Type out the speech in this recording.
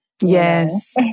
Yes